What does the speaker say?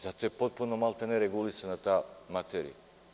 Zato je potpuno, maltene, regulisana ta materija.